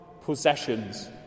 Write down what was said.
possessions